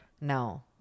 No